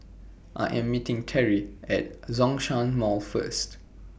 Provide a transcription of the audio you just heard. I Am meeting Terrie At Zhongshan Mall First